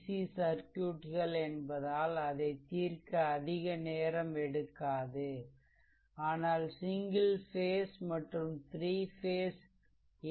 C சர்க்யூட்கள் என்பதால் அதைத் தீர்க்க அதிக நேரம் எடுக்காது ஆனால் சிங்கிள் பேஸ் மற்றும் 3 பேஸ் ஏ